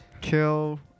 Kill